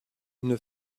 une